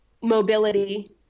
mobility